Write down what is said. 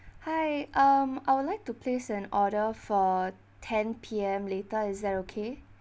hi um I would like to place an order for ten P_M later is that okay